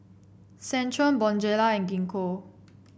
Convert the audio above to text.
Centrum Bonjela and Gingko